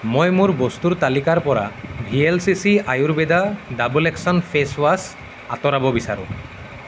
মই মোৰ বস্তুৰ তালিকাৰ পৰা V L C C Ayurveda double action face wash আঁতৰাব বিচাৰোঁ